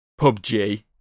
PUBG